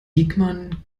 diekmann